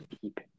keep